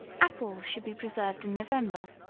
apples should be preserved in november,